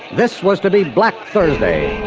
this was to be black thursday,